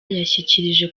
yashyikirije